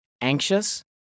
anxious